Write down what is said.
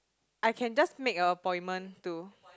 I can just make a appointment to